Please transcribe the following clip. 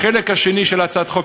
החלק השני של הצעת החוק,